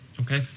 Okay